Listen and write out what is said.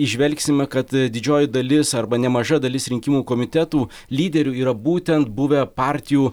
įžvelgsime kad didžioji dalis arba nemaža dalis rinkimų komitetų lyderių yra būtent buvę partijų